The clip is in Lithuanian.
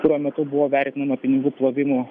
kurio metu buvo vertinama pinigų plovimo